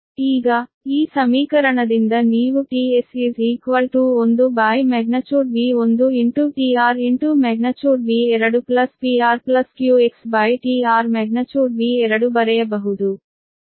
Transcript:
ಈಗ ಈ ಸಮೀಕರಣದಿಂದ ನೀವು tS1magnitude V1tR|V2|PRQXtR|V2| ಬರೆಯಬಹುದು